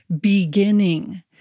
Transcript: beginning